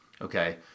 okay